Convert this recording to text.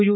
you